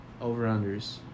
over-unders